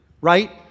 Right